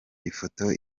ifoto